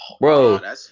bro